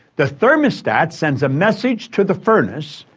the thermostat sends a message to the furnace,